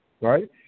right